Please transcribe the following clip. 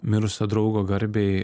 mirusio draugo garbei